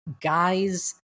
guys